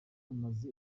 amaze